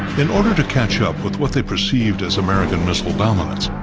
in order to catch up with what they perceived as american missile dominance,